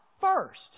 first